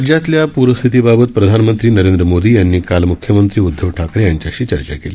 राज्यातल्या प्रस्थितीबाबत प्रधानमंत्री नरेंद्र मोदी यांनी काल मुख्यमंत्री उद्धव ठाकरे यांच्याशी चर्चा केली